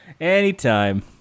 anytime